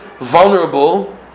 vulnerable